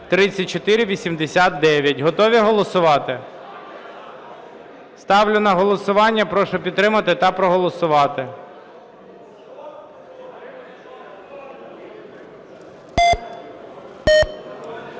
3489). Готові голосувати? Ставлю на голосування. Прошу підтримати та проголосувати.